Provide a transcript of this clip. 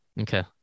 Okay